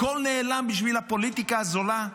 הכול נעלם בשביל הפוליטיקה הזולה?